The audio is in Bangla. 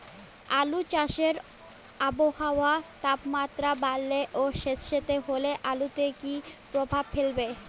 আলু চাষে আবহাওয়ার তাপমাত্রা বাড়লে ও সেতসেতে হলে আলুতে কী প্রভাব ফেলবে?